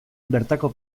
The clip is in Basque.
bertako